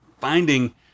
finding